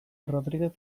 rodriguez